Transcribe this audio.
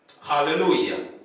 Hallelujah